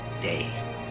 day